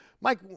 Mike